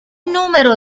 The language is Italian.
numero